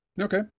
Okay